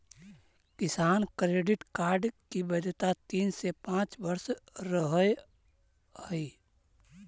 किसान credit card की वैधता तीन से पांच वर्ष रहअ हई